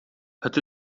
het